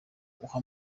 uha